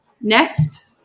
Next